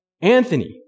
Anthony